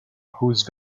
whose